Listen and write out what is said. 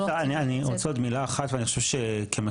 אני רוצה עוד מילה אחת ואני חושב שכמשלים,